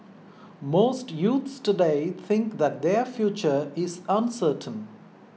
most youths today think that their future is uncertain